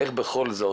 איך בכל זאת,